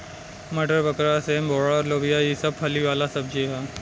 मटर, बकला, सेम, बोड़ा, लोबिया ई सब फली वाला सब्जी ह